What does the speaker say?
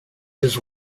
his